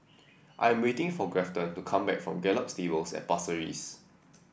I am waiting for Grafton to come back from Gallop Stables at Pasir Ris